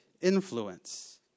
influence